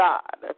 God